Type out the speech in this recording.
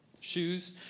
Shoes